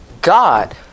God